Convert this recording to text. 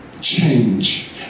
change